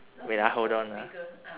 wait ah hold on ah